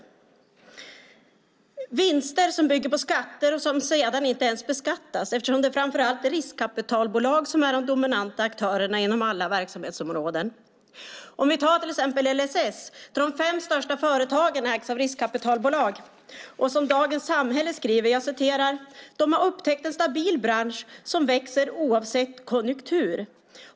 Det är vinster som bygger på skatter och som sedan inte ens beskattas eftersom det framför allt är riskkapitalbolag som är de dominanta aktörerna inom alla verksamhetsområden. Låt oss ta till exempel LSS där de fem största företagen ägs av riskkapitalbolag. Dagens Samhälle skriver: "De har upptäckt en stabil bransch som växer oavsett konjunktur."